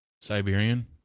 Siberian